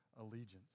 allegiance